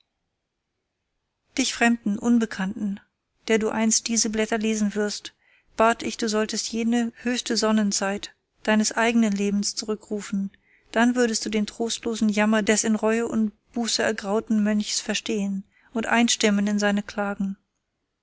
dich fremden unbekannten der du einst diese blätter lesen wirst bat ich du solltest jene höchste sonnenzeit deines eigenen lebens zurückrufen dann würdest du den trostlosen jammer des in reue und buße ergrauten mönchs verstehen und einstimmen in seine klagen